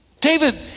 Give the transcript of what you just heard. David